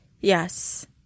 Yes